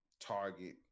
Target